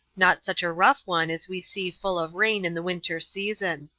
not such a rough one as we see full of rain in the winter season.